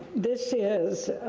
this is,